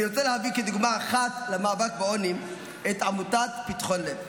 אני רוצה להביא כדוגמה אחת למאבק בעוני את עמותת פתחון לב.